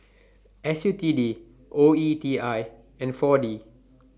S U T D O E T I and four D